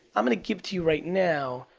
i'm gonna give to you right now,